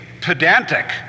pedantic